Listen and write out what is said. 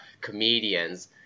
comedians